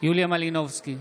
יוליה מלינובסקי,